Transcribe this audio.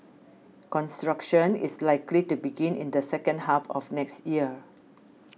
construction is likely to begin in the second half of next year